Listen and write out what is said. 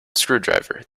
screwdriver